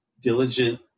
diligent